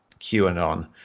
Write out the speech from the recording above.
QAnon